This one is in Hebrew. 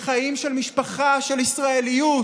בחיים של משפחה, של ישראליות.